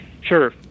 Sure